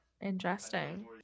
Interesting